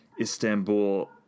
Istanbul